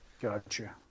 Gotcha